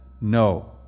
No